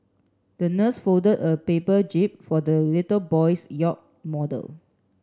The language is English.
the nurse folded a paper jib for the little boy's yacht model